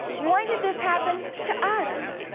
why did this happen to us?